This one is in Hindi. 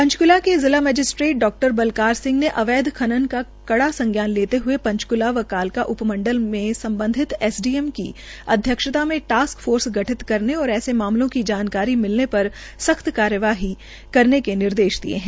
ांचकूला के जिला मैजिस्ट्रेट डा बलकार सिंह ने अवैद्य खनन का कड़ा संज्ञान लेते हये ंचक्ला व कालका उ मंडल में संबंधित एसडीएम की अध्यक्षता में टास्क फोर्स गठित करने और ऐसे मामलों की जानकारी मिलने र सख्त कार्रवाही करने के निर्देश दिये है